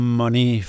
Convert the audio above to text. money